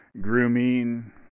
Grooming